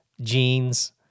jeans